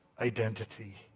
identity